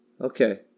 okay